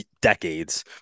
decades